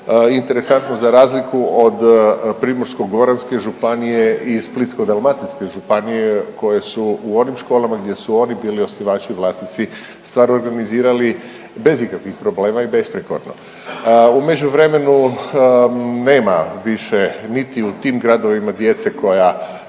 Interesantno, za razliku od Primorsko-goranske županije i Splitsko-dalmatinske županije koje su u onim školama gdje su oni bili osnivači vlasnici stvarno organizirali bez ikakvih problema i besprijekorno. U međuvremenu, nema više niti u tim gradovima djece koja